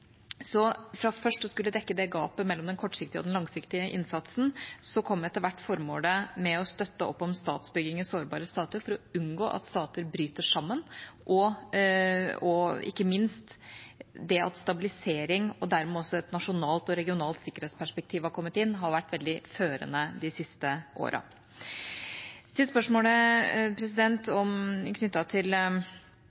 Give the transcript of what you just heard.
Så fra først å skulle dekke gapet mellom den kortsiktige og den langsiktige innsatsen, kom etter hvert formålet med å støtte opp om statsbygging i sårbare stater for å unngå at stater bryter sammen. Og ikke minst det at stabilisering, og dermed også et nasjonalt og regionalt sikkerhetsperspektiv, var kommet inn, har vært veldig førende de siste åra. Til spørsmålet